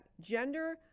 gender